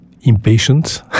Impatient